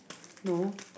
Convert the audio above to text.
no